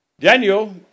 Daniel